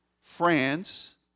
France